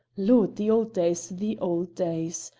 lord! the old days, the old days!